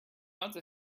other